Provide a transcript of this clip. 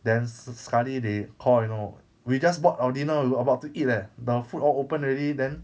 then ska~ skali they call you know we just bought our dinner we were about to eat leh the food all open already then